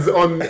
on